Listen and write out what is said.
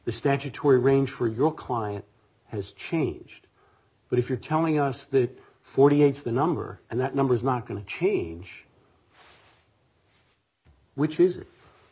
the statutory range for your client has changed but if you're telling us that forty eight is the number and that number is not going to change which is